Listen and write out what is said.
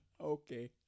Okay